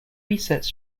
research